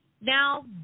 now